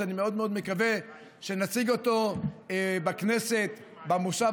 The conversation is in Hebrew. שאני מאוד מאוד מקווה שנציג אותו בכנסת במושב